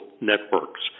networks